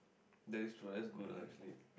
that is true ah that's good ah actually